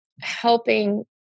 helping